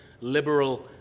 liberal